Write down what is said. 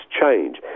change